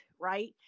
right